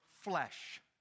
flesh